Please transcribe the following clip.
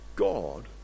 God